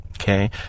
Okay